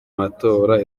matora